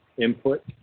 input